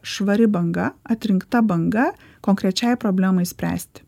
švari banga atrinkta banga konkrečiai problemai spręsti